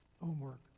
homework